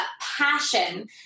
passion